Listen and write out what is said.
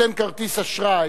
נותן כרטיס אשראי,